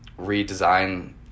redesign